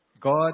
God